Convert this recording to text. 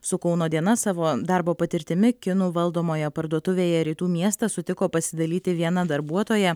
su kauno diena savo darbo patirtimi kinų valdomoje parduotuvėje rytų miestas sutiko pasidalyti viena darbuotoja